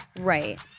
Right